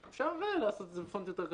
אפשר לעשות את זה בפונט יותר קטן,